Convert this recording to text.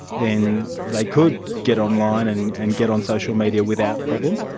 then they could get online and and get on social media without problem?